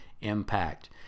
impact